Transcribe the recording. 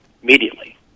immediately